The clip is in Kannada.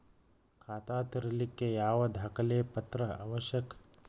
ಖಾತಾ ತೆರಿಲಿಕ್ಕೆ ಯಾವ ದಾಖಲೆ ಪತ್ರ ಅವಶ್ಯಕ?